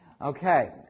Okay